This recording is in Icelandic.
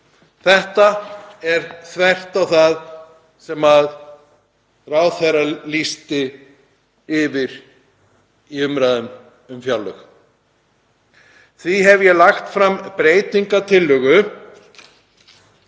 Þetta fer þvert á það sem ráðherra lýsti yfir í umræðum um fjárlög. Því hef ég lagt fram breytingartillögu,